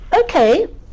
okay